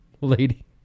lady